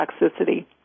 toxicity